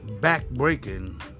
back-breaking